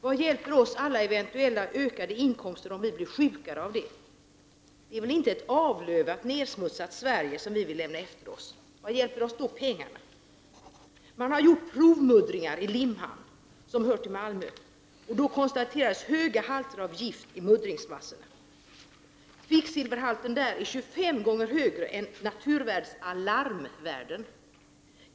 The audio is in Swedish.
Vad hjälper oss alla eventuella, ökade inkomster om vi blir sjukare av avgaserna? Det är väl inte ett avlövat, nersmutsat Sverige som vi vill lämna efter oss? Vad hjälper oss då pengarna? Man har gjort provmuddringar i Limhamn — som ju hör till Malmö — och då konstaterat höga halter av gifter i muddringsmassorna. Kvicksilverhalten är 25 gånger högre än naturvårdsverkets s.k. alarmvärde.